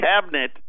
cabinet